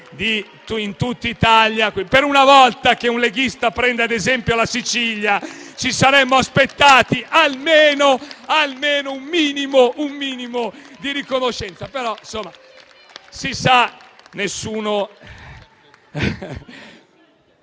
Per una volta che un leghista prende ad esempio la Sicilia, ci saremmo aspettati almeno un minimo di riconoscenza.